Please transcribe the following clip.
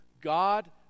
God